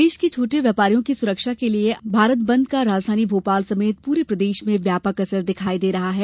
बंद देश के छोटे व्यापारियों की सुरक्षा के लिए आज भारत व्यापार बंद का राजधानी भोपाल समेत पूरे प्रदेश में व्यापक असर दिखाई दे रहा है